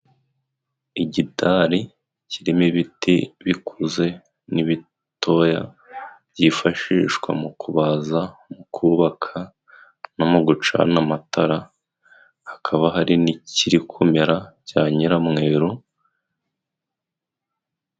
Igitari kirimo ibiti bikuze n'ibitoya byifashishwa mu kubaza, mu kubaka, no mu gucana amatara. Hakaba hari n'ikiri kumera cya nyiramweru.